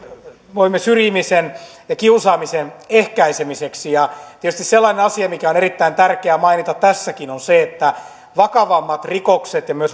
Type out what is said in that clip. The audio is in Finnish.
voimme syrjimisen ja kiusaamisen ehkäisemiseksi tietysti sellainen asia mikä on erittäin tärkeä mainita tässäkin on se että vakavammat rikokset ja